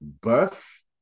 birth